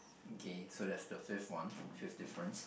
okay so that's the fifth one fifth difference